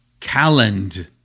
calend